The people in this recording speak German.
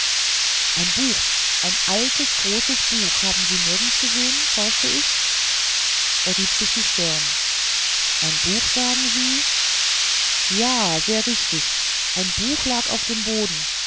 ein buch ein altes großes buch haben sie nirgends gesehen forschte ich er rieb sich die stirn ein buch sagen sie ja sehr richtig ein buch lag auf dem boden